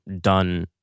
done